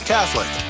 Catholic